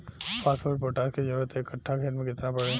Phosphorus potash के जरूरत एक कट्ठा खेत मे केतना पड़ी?